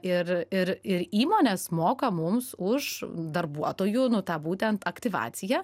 ir ir ir įmonės moka mums už darbuotojų nu tą būtent aktyvaciją